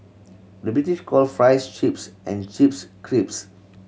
the British calls fries chips and chips crisps